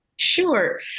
Sure